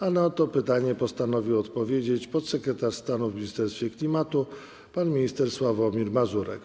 A na to pytanie postanowił odpowiedzieć podsekretarz stanu w Ministerstwie Klimatu pan minister Sławomir Mazurek.